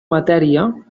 matèria